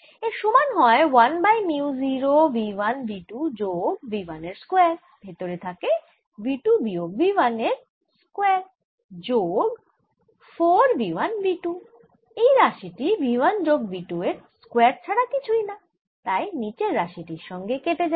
এর সমান হয় 1 বাই মিউ 0 v 1 v 2 যোগ v 1 এর স্কয়ার ভেতরে থাকে v 2 বিয়োগ v 1এর স্কয়ার যোগ 4 v 1 v 2 এই রাশি টি v 1 যোগ v 2 এর স্কয়ার ছাড়া কিছুই না তাই নিচের রাশি টির সঙ্গে কেটে যাবে